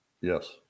Yes